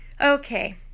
Okay